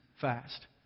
fast